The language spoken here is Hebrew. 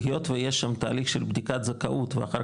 היות ויש שם תהליך של בדיקת זכאות ואחר